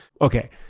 Okay